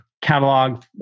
catalog